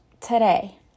today